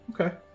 Okay